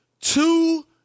two